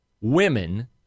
women